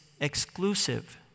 exclusive